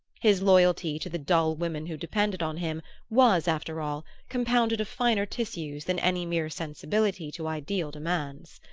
his loyalty to the dull women who depended on him was, after all, compounded of finer tissues than any mere sensibility to ideal demands.